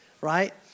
right